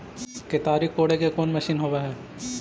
केताड़ी कोड़े के कोन मशीन होब हइ?